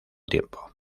tiempo